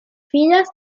filas